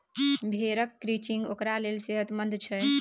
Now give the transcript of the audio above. भेड़क क्रचिंग ओकरा लेल सेहतमंद छै